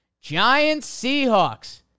Giants-Seahawks